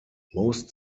most